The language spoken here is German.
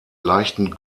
leichten